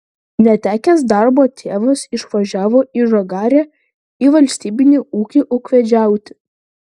netekęs darbo tėvas išvažiavo į žagarę į valstybinį ūkį ūkvedžiauti